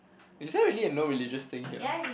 is there really a no religious thing here